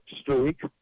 streak